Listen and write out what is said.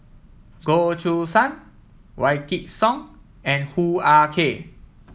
Goh Choo San Wykidd Song and Hoo Ah Kay